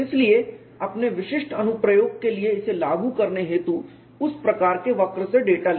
इसलिए अपने विशिष्ट अनुप्रयोग के लिए इसे लागू करने हेतु उस प्रकार के वक्र से डेटा लें